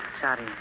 Sorry